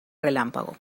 relámpago